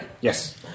Yes